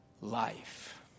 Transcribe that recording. life